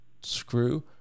screw